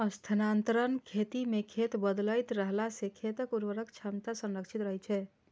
स्थानांतरण खेती मे खेत बदलैत रहला सं खेतक उर्वरक क्षमता संरक्षित रहै छै